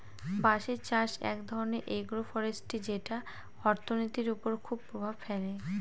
বাঁশের চাষ এক ধরনের এগ্রো ফরেষ্ট্রী যেটা অর্থনীতির ওপর খুব প্রভাব ফেলে